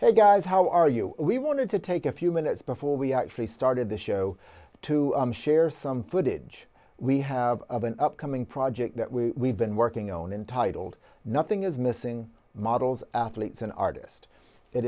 hey guys how are you we wanted to take a few minutes before we actually started the show to share some footage we have of an upcoming project that we been working on in titled nothing is missing models athletes an artist it